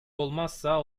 olmazsa